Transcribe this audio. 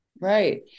Right